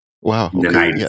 Wow